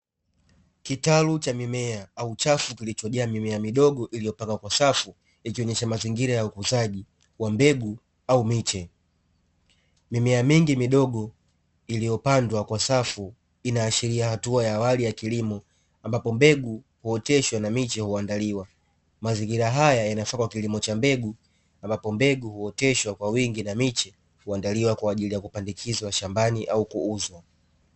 Kitalu cha mimea au chafu kilichojaa mimea midogo iliyopandwa kwa safu inaonyesha mazingira ya ukuzaji wa mbegu au miche. Mimea mingi midogo iliyopandwa kwa safu inaashiria hatua ya awali ya kilimo ambapo mbegu huoteshwa na miche huandaliwa. Mazingira haya yanafaa kwa kilimo cha mbegu ambapo mbegu huoteshwa kwa wingi na miche huandaliwa kwa ajili ya kupandikizwa shambani au kuuzwa.